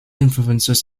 influences